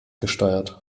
gesteuert